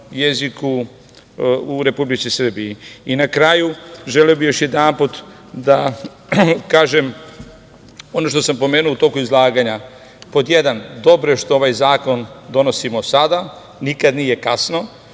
jeziku u Republici Srbiji.I na kraju želeo bih još jedanput da kažem ono što sam pomenuo u toku izlaganja. Pod jedan, dobro je što ovaj zakon donosimo sada, nikada nije kasno.